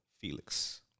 Felix